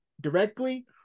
directly